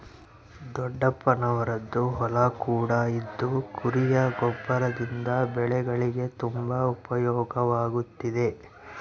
ದೊಡ್ಡಪ್ಪನವರದ್ದು ಹೊಲ ಕೂಡ ಇದ್ದು ಕುರಿಯ ಗೊಬ್ಬರದಿಂದ ಬೆಳೆಗಳಿಗೆ ತುಂಬಾ ಉಪಯೋಗವಾಗುತ್ತಿದೆ